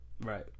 Right